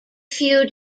few